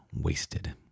wasted